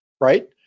right